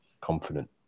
confident